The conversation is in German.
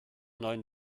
neun